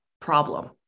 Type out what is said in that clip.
problem